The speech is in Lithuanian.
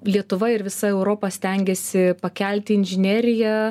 lietuva ir visa europa stengiasi pakelti inžineriją